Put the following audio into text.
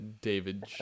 David